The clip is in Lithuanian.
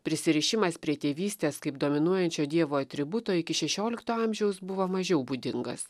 prisirišimas prie tėvystės kaip dominuojančio dievo atributo iki šešiolikto amžiaus buvo mažiau būdingas